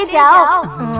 and yeah bow